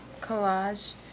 collage